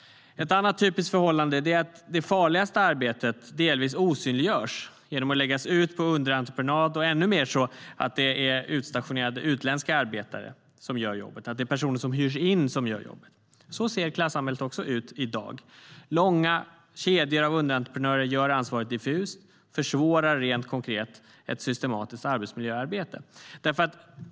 Ett annat typiskt förhållande är att det farligaste arbetet delvis osynliggörs genom att läggas ut på underentreprenad och ännu mer genom att det är utstationerade utländska arbetare - personer som hyrs in - som gör jobbet. Så ser klassamhället också ut i dag. Långa kedjor med underentreprenörer gör ansvaret diffust och försvårar rent konkret ett systematiskt arbetsmiljöarbete.